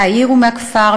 מהעיר ומהכפר,